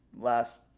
last